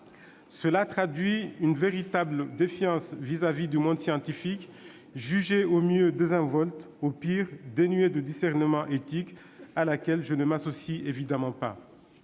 Cela traduit une véritable défiance vis-à-vis du monde scientifique, jugé au mieux désinvolte, au pire dénué de discernement éthique. Je ne m'y associe évidemment pas.,